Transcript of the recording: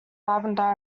lavender